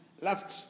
left